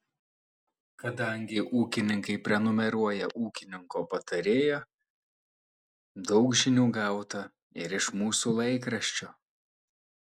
kadangi ūkininkai prenumeruoja ūkininko patarėją daug žinių gauta ir iš mūsų laikraščio